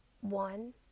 One